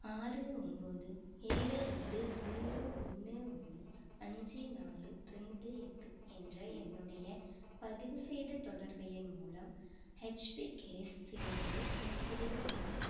ஆறு ஒம்பது ஏழு ரெண்டு ஜீரோ ஒன்று ஒன்று அஞ்சு நாலு ரெண்டு எட்டு என்ற என்னுடைய பதிவு செய்த தொடர்பு எண் மூலம் ஹெச்பி கேஸ் சிலிண்டரை முன்பதிவு செய்யவும்